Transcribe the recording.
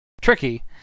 tricky